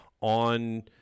on